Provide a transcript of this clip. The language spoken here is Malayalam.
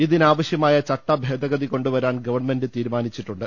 ഇതിനാവശ്യമായ ചട്ടഭേദഗതി കൊണ്ടുവരാൻ ഗവൺമെന്റ് തീരുമാനിച്ചിട്ടുണ്ട്